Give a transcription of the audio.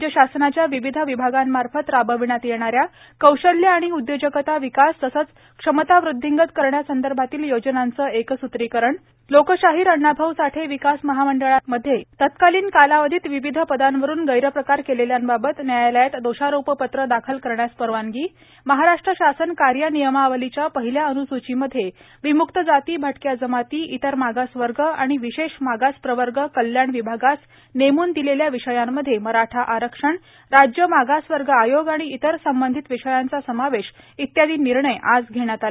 राज्य शासनाच्या विविध विभागांमार्फत राबविण्यात येणाऱ्या कौशल्य आणि उद्योजकता विकास तसेच क्षमता वृद्धिंगत करण्यासंदर्भातील योजनांचे एकसुत्रीकरण लोकशाहीर अण्णाभाऊ साठे विकास महामंडळामध्ये तत्कालीन कालावधीत विविध पदांवरुन गैरप्रकार केलेल्यांबाबत न्यायालयात दोषारोपपत्र दाखल करण्यास परवानगी महाराष्ट्र शासन कार्यनियमावलीच्या पहिल्या अनुसूचीमध्ये विमुक्त जाती भटक्या जमाती इतर मागास वर्ग आणि विशेष मागास प्रवर्ग कल्याण विभागास नेमून दिलेल्या विषयांमध्ये मराठा आरक्षण राज्य मागासवर्ग आयोग आणि इतर संबंधित विषयांचा समावेश इत्यादी निर्णय आज घेण्यात आले